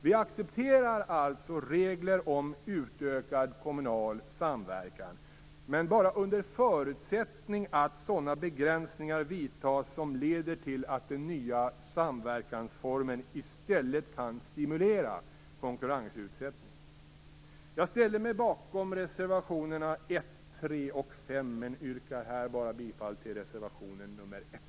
Vi accepterar alltså regler om utökad kommunal samverkan, men bara under förutsättning att sådana begränsningar vidtas som leder till att den nya samverkansformen i stället kan stimulera konkurrensutsättning. Jag ställer mig bakom reservationerna 1, 3 och 5 men yrkar här bara bifall till reservation nr 1.